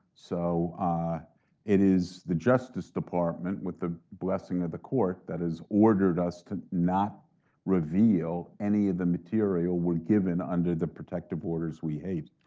so it is the justice department, with the blessing of the court, that has ordered us to not reveal any of the material we're given under the protective orders we hate.